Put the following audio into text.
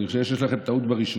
אני חושב שיש לכם טעות ברישום.